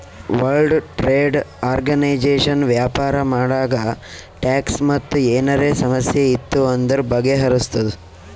world trade organisation ವ್ಯಾಪಾರ ಮಾಡಾಗ tax ಮತ್ ಏನರೇ ಸಮಸ್ಯೆ ಇತ್ತು ಅಂದುರ್ ಬಗೆಹರುಸ್ತುದ್